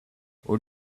will